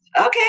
Okay